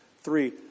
Three